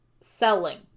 Selling